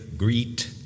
Greet